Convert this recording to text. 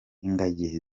ingagi